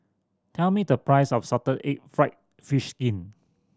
tell me the price of salted egg fried fish skin